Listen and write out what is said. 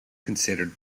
considered